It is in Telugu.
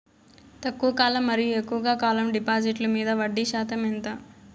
తక్కువ కాలం మరియు ఎక్కువగా కాలం డిపాజిట్లు మీద వడ్డీ శాతం ఎంత?